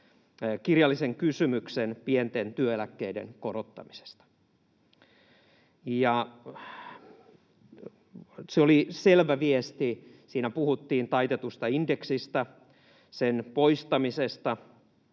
kirjallisen kysymyksen pienten työeläkkeiden korottamisesta. Se oli selvä viesti. Siinä puhuttiin taitetusta indeksistä, sen poistamisesta